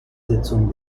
sitzung